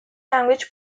language